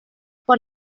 por